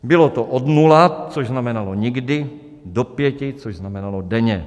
Bylo to od nula, což znamenalo nikdy, do pěti, což znamenalo denně.